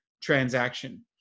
transaction